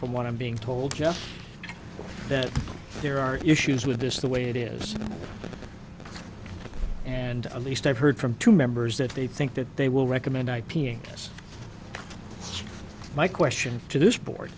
from want to being told that there are issues with this the way it is and at least i've heard from two members that they think that they will recommend i p s my question to this board